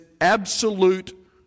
absolute